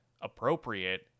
appropriate